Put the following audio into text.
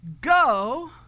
go